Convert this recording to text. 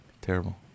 Terrible